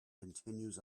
continues